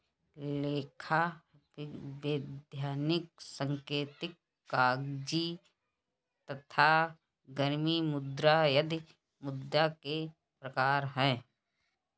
लेखा, वैधानिक, सांकेतिक, कागजी तथा गर्म मुद्रा आदि मुद्रा के प्रकार हैं